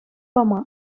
пама